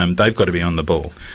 and they've got to be on the ball.